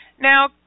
Now